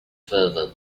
further